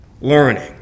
learning